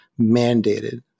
mandated